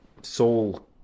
soul